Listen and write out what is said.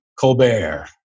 Colbert